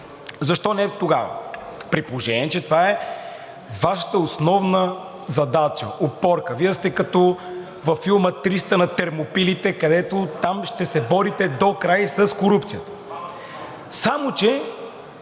Защо не тогава, при положение че това е Вашата основна задача, опорка? Вие сте като във филма „Триста“ на Термопилите, където там ще се борите докрай с корупцията, само че